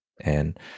And-